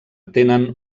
tenen